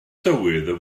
tywydd